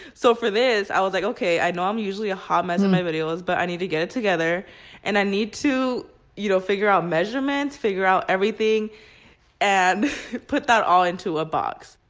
so for this, i was like, ok, i know i'm usually a hot mess in my videos, but i need to get it together and i need to you know figure out measurements, figure out everything and put that all into a box.